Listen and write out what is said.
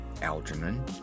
Algernon